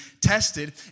tested